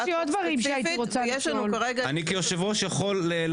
היושב-ראש אופיר,